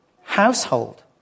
household